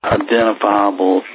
identifiable